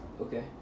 Okay